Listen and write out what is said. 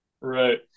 Right